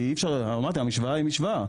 משוואה זה משוואה.